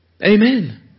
Amen